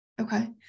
Okay